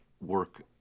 work